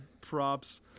props